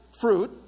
fruit